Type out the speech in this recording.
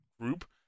group